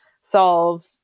solve